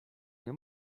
nie